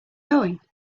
going